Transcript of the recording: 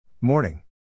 morning